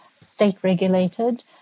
state-regulated